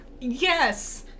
Yes